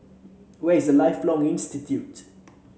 where is Lifelong Learning Institute